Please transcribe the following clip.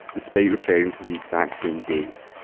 despite referring to the exact same dates.